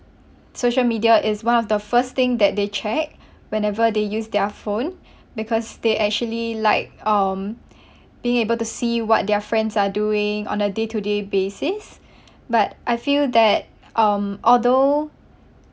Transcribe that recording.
social media is one of the first thing that they check whenever they use their phone because they actually like um being able to see what their friends are doing on a day-to-day basis but I feel that um although